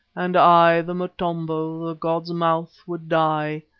and i, the motombo, the god's mouth, would die,